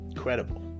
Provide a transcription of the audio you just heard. Incredible